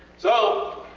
so,